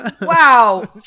Wow